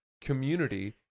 community